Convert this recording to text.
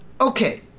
Okay